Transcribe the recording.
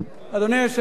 אדוני היושב-ראש,